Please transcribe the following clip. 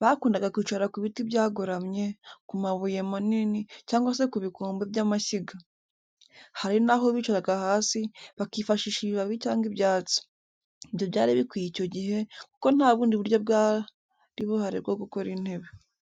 Bakundaga kwicara ku biti byagoramye, ku mabuye manini, cyangwa se ku bikombe by'amashyiga. Hari naho bicaraga hasi, bakifashisha ibibabi cyangwa ibyatsi. Ibyo byari bikwiye icyo gihe, kuko nta bundi buryo bwari buhari bwo gukora intebe.